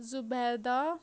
Zubaida